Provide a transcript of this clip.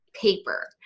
paper